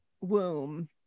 womb